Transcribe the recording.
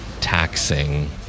taxing